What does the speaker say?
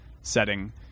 setting